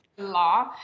law